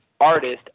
artist